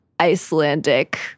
Icelandic